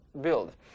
build